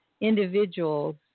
individuals